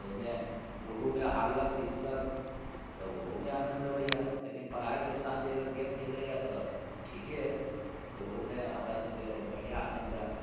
ओहिमे ओहूमे हारलक जितलक तऽ ओहूमे आनन्द अबैए लेकिन पढ़ाइके साथ जे अगर गेम खेलैए तऽ ठीके अइ ओहोमे हमरासभके बढ़िआँ आनन्द आयल